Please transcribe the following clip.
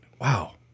Wow